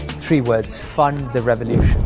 three words, fund the revolution.